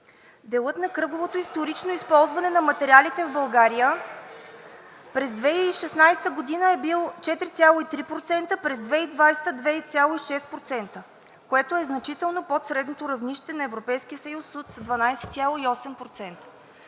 Делът на кръговото и вторичното използване на материалите в България през 2016 г. е бил 4,3%, през 2020 г. – 2,6%, което е значително под средното равнище на Европейския съюз от 12,8%.